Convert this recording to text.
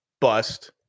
bust